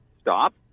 stop